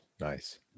Nice